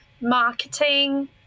marketing